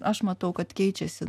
aš matau kad keičiasi